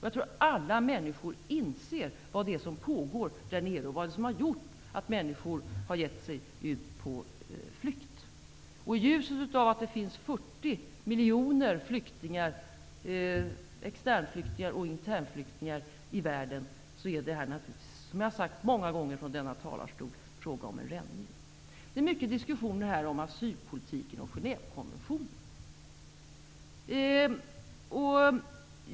Jag tror att alla människor inser vad det är som pågår i Jugoslavien och vad det är som gjort att människor gett sig ut på flykt. I ljuset av att det finns 40 miljoner externflyktingar och internflyktingar i världen är det här naturligtvis, som jag sagt många gånger från denna talarstol, fråga om en rännil. Det förs här många diskussioner om asylpolitiken och Genèvekonventionen.